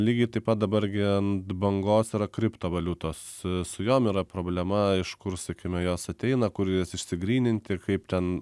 lygiai taip pat dabar gi ant bangos yra kriptovaliutos su jom yra problema iš kur sakykime jos ateina kur jas išsigryninti kaip ten